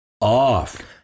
off